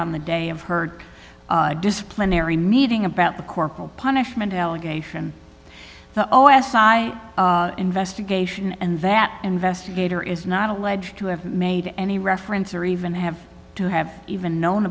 on the day of her disciplinary meeting about the corporal punishment allegation the o s i investigation and that investigator is not alleged to have made any reference or even have to have even known